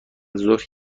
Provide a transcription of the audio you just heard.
ظهر